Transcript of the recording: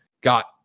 got